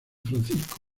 francisco